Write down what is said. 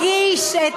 שאל אותי היושב-ראש,